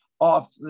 off